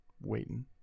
Waiting